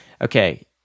okay